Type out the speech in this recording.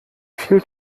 viel